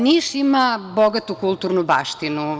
Niš ima bogatu kulturnu baštinu.